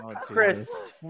Chris